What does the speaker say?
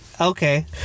Okay